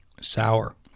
Sour